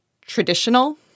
traditional